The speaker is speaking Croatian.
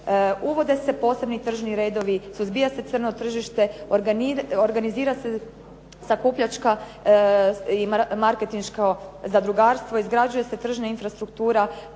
Uvode se posebni tržni redovi, suzbija se crno tržište, organizira se sakupljačka i marketinško zadrugarstvo, izgrađuje se tržna infrastruktura,